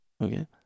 Okay